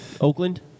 Oakland